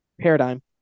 Paradigm